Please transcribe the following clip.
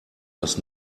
das